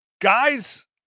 guys